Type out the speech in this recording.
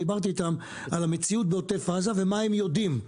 ודיברתי איתם על המציאות בעוטף עזה ומה הם יודעים.